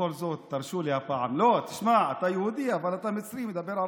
הרשו לי בבקשה לדבר בשפה